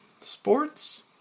Sports